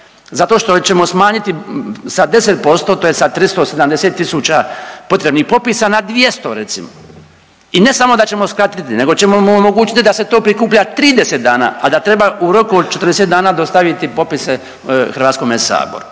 zato što ćemo smanjiti sa 10% tj. sa 370 tisuća potrebnih potpisa na 200 recimo. I ne samo da ćemo skratiti nego ćemo vam omogućiti da to prikuplja 30 dana, a da treba u roku od 40 dana dostaviti popise Hrvatskome saboru.